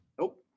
Nope